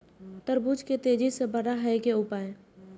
तरबूज के तेजी से बड़ा होय के उपाय?